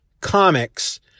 comics